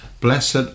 blessed